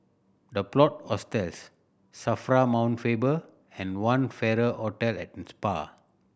The Plot Hostels SAFRA Mount Faber and One Farrer Hotel and Spa